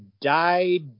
died